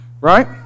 right